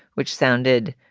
which sounded